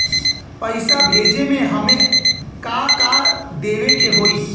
पैसा भेजे में हमे का का देवे के होई?